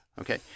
Okay